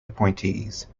appointees